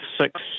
six